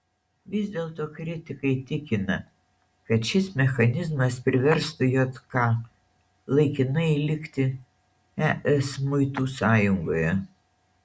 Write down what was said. vis dėlto kritikai tikina kad šis mechanizmas priverstų jk laikinai likti es muitų sąjungoje